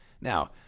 Now